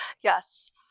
yes